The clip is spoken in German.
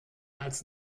als